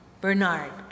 Bernard